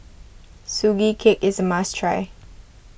Sugee Cake is a must try